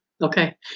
Okay